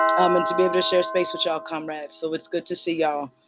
um and to be able to share space with y'all comrades. so it's good to see y'all.